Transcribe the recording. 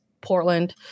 Portland